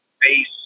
base